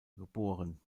geboren